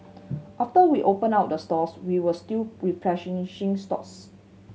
after we opened up the stores we were still stocks